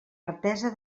artesa